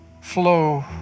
flow